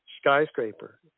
skyscraper